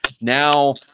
now